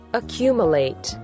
accumulate